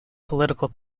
political